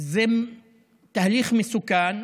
זה תהליך מסוכן,